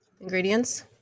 Ingredients